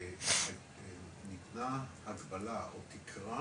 ניתנה הגבלה או תיקרה